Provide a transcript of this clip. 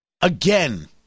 Again